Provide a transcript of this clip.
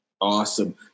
Awesome